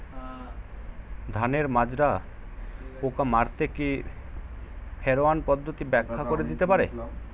ধানের মাজরা পোকা মারতে কি ফেরোয়ান পদ্ধতি ব্যাখ্যা করে দিতে পারে?